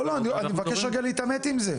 לא, אני מבקש רגע להתעמת עם זה.